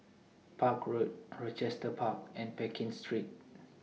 Park Road Rochester Park and Pekin Street